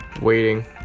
Waiting